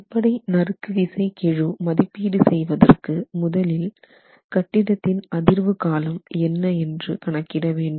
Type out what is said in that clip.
அடிப்படை நறுக்கு விசை கெழு மதிப்பீடு செய்வதற்கு முதலில் கட்டிடத்தின் அதிர்வு காலம் என்ன என்று கணக்கிட வேண்டும்